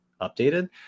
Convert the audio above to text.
updated